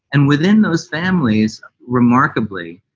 and within those families, remarkably,